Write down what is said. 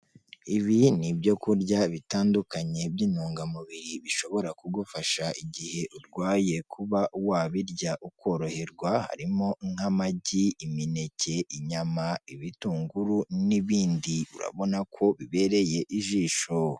Ibi ni ibyo kurya bitandukanye by'intungamubiri bishobora kugufasha igihe urwaye kuba wabirya ukoroherwa, harimo nk'amagi, imineke, inyama, ibitunguru n'ibindi, urabona ko bibereye ijisho.